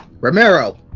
romero